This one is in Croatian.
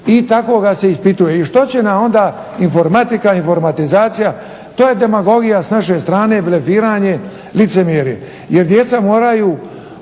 i tako ga se ispituje. I što će nam onda informatika i informatizacija? To je demagogija sa naše strane blefiranje, licemjerje. Jer djeca moraju